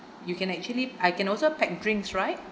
you can actually I can also pack drinks right